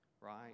right